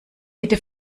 bitte